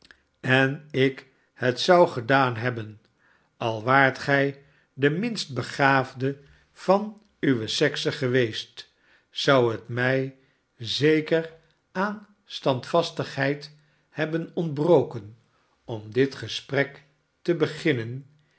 en ik het zou gedaan hebben al waart gij de minst begaafde van uwe sekse geweest zou het mij zeker aan standvastigheid hebben ontbroken om dit gesprek te beginnen